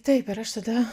taip ir aš tada